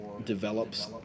develops